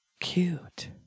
cute